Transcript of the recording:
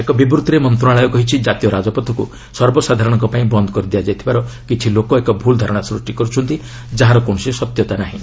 ଏକ ବିବ୍ଭିରେ ମନ୍ତ୍ରଣାଳୟ କହିଛି କାତୀୟ ରାଜପଥକୁ ସର୍ବସାଧାରଣଙ୍କ ପାଇଁ ବନ୍ଦ୍ କରିଦିଆଯାଇଥିବାର କିଛି ଲୋକ ଏକ ଭୁଲ୍ ଧାରଣା ସୃଷ୍ଟି କରୁଛନ୍ତି ଯାହାର କୌଣସି ସତ୍ୟତା ନାହିଁ